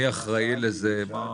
מי אחראי לזה?